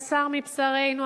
בשר מבשרנו,